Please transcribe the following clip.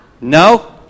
No